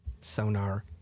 sonar